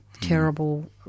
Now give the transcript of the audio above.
terrible